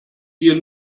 dir